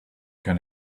can